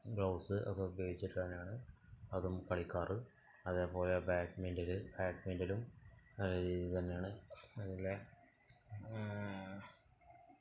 gloves ഒക്കെ ഉപയോഗിച്ചിട്ടാണ് ഞങ്ങള് അതും കളിക്കാറ് അതേപോലെ ബാഡ്മിൻ്റല് ബാഡ്മിൻ്റലും അതേ രീതിതന്നെയാണ് അതില്